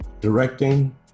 directing